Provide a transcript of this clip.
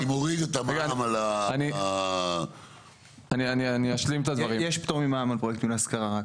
--- מוריד את המע"מ על --- יש פטור ממע"מ על פרויקטים להשכרה.